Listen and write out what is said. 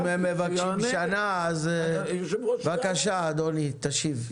אם הם מבקשים שנה -- בבקשה, אדוני, תשיב.